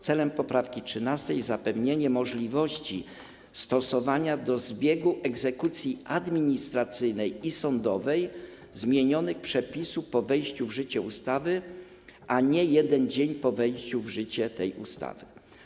Celem poprawki 13. jest zapewnienie możliwości stosowania do zbiegu egzekucji administracyjnej i sądowej zmienionych przepisów po wejściu w życie ustawy, a nie jeden dzień po wejściu w życie tej ustawy.